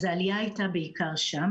העלייה הייתה בעיקר שם.